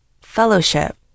fellowship